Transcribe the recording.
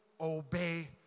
Obey